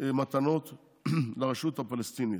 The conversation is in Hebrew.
מתנות לרשות הפלסטינית,